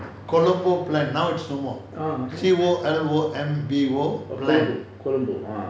colombo plan now it's no more C_O_L_O_M_B_O plan